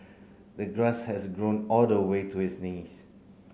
the grass has grown all the way to his knees